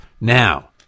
Now